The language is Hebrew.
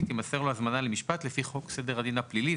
ותימסר לו הזמנה למשפט לפי חוק סדר הדין הפלילי.